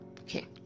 Okay